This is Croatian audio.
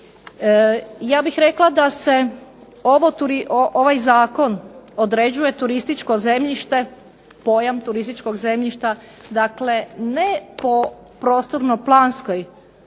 Ja bih rekla da se ovaj zakon određuje turističko zemljište, pojam turističkog zemljišta, dakle ne po prostorno-planskoj